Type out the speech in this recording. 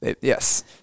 Yes